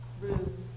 room